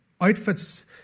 outfits